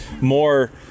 more